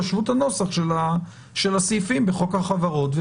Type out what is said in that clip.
תשוו את הנוסח של הסעיפים בחוק החברות.